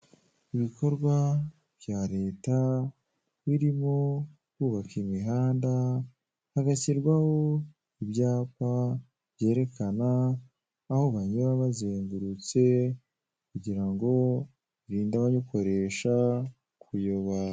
Ibikorwa bya leta biriho kubaka imihanda hagashyirwaho ibyapa byerekana aho banyura bazengurutse kugira ngo birinde ababikoresha kuyoba.